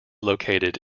located